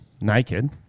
naked